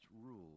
rule